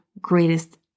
greatest